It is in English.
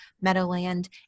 Meadowland